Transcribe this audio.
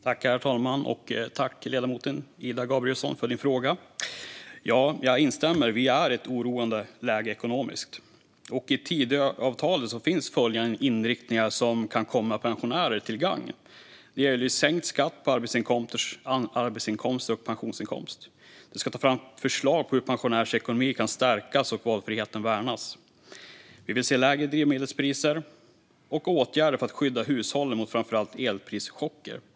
Herr talman! Tack för din fråga, ledamoten Ida Gabrielsson! Jag instämmer i att det är ett oroande ekonomiskt läge. I Tidöavtalet finns följande inriktningar som kan vara pensionärer till gagn: Det gäller sänkt skatt på arbetsinkomst och pensionsinkomst. Det ska också tas fram förslag på hur pensionärers ekonomi kan stärkas och valfriheten värnas. Och vi vill se lägre drivmedelspriser samt åtgärder för att skydda hushållen mot framför allt elprischocker.